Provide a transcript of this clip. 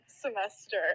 semester